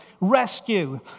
rescue